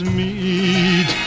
meet